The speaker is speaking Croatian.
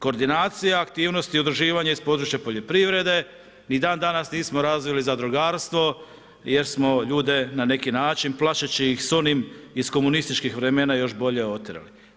Koordinacija aktivnosti i udruživanje iz područja poljoprivrede, ni dan danas nismo razvili zadrugarstvo jer smo ljude na neki način plašeći ih s onim iz komunističkih vremena još bolje otjerali.